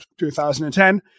2010